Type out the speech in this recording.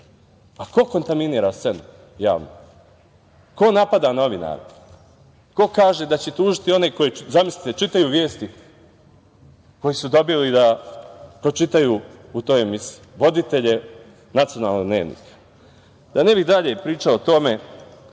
Ko kontaminira javnu scenu? Ko napada novinare? Ko kaže da će tužiti one koji, zamislite, čitaju vesti, one koji su dobili da pročitaju u toj emisiji, voditelje Nacionalnog dnevnika? Da ne bih dalje pričao o tome,